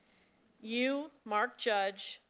you, mark judge,